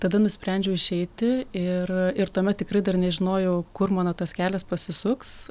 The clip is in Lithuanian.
tada nusprendžiau išeiti ir ir tuomet tikrai dar nežinojau kur mano tas kelias pasisuks